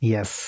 Yes